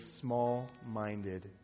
small-minded